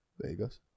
Vegas